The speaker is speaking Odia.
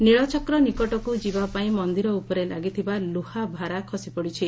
ନୀଳଚକ୍ର ନିକଟକୁ ଯିବା ପାଇଁ ମନ୍ଦିର ଉପରେ ଲାଗିଥିବା ଲ୍ରହା ଭାରା ଖସିପଡ଼ିଛି